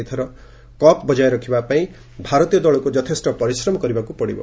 ଏଥର କପ୍ ବଜାୟ ରଖିବାକୁ ଭାରତୀୟ ଦଳକୁ ଯଥେଷ୍ଟ ପରିଶ୍ରମ କରିବାକୁ ପଡ଼ିବ